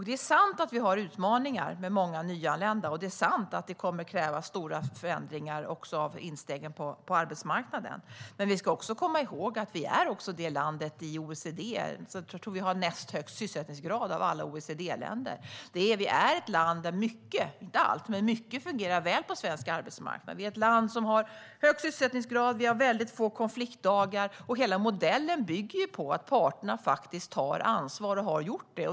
Det är sant att vi har utmaningar med många nyanlända, och det är sant att det kommer att krävas stora förändringar också av instegen på arbetsmarknaden. Men vi ska också komma ihåg att Sverige är det land i OECD som jag tror har näst högst sysselsättningsgrad av alla. Vi är ett land där inte allt, men mycket, fungerar väl på arbetsmarknaden. Vi är ett land som har hög sysselsättningsgrad och få konfliktdagar. Hela modellen bygger på att parterna tar ansvar och har gjort det.